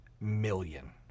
million